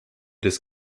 des